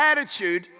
attitude